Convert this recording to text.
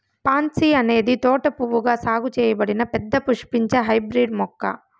pansy అనేది తోట పువ్వుగా సాగు చేయబడిన పెద్ద పుష్పించే హైబ్రిడ్ మొక్క